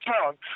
town